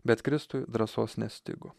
bet kristui drąsos nestigo